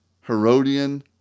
Herodian